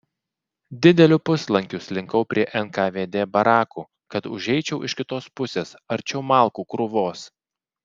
dideliu puslankiu slinkau prie nkvd barakų kad užeičiau iš kitos pusės arčiau malkų krūvos